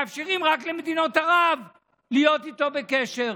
מאפשרים רק למדינות ערב להיות איתו בקשר.